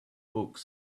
books